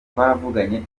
twaravuganye